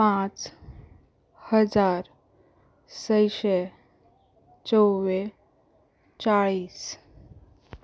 पांच हजार सयशें चवेचाळीस